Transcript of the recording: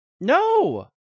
No